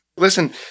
Listen